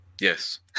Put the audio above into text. Yes